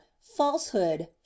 falsehood